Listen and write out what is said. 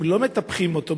אם לא מטפחים אותו,